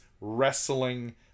wrestling